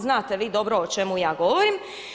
Znate vi dobro o čemu ja govorim.